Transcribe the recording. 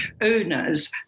owners